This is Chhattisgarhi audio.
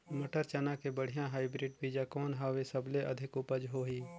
मटर, चना के बढ़िया हाईब्रिड बीजा कौन हवय? सबले अधिक उपज होही?